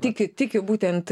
tiki tiki būtent